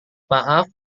maaf